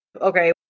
okay